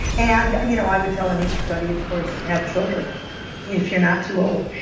and you know i would tell anybody, of course, have children if you're not too old.